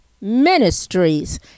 ministries